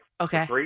Okay